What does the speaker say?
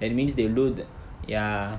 that means they'll do the ya